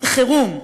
חירום מיידי,